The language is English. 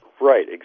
Right